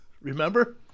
Remember